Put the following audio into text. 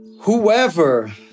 whoever